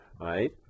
right